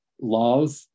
love